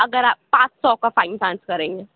اگر آ سات سو کا فائن چارج کریں گے